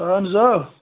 اَہَن حظ آ